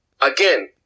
Again